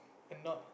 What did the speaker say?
a not